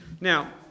Now